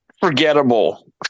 forgettable